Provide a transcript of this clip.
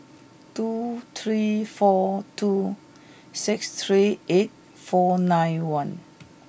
two three four two six three eight four nine one